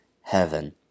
heaven